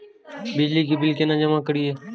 बिजली के बिल केना जमा करिए?